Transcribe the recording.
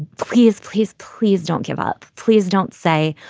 please, please, please don't give up. please don't say.